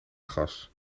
gas